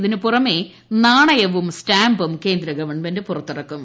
ഇതിന് പുറമേ നാണയവും സ്റ്റാമ്പും കേന്ദ്ര ഗവൺമെന്റ് പുറത്തിറക്കും